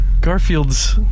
Garfield's